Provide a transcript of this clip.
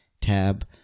tab